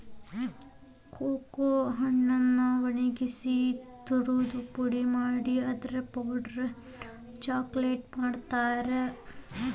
cocoa ಹಣ್ಣನ್ನ ಒಣಗಿಸಿ ತುರದು ಪುಡಿ ಮಾಡಿ ಅದರ ಪೌಡರ್ ಅನ್ನ ಚಾಕೊಲೇಟ್ ತಯಾರ್ ಮಾಡಾಕ ಬಳಸ್ತಾರ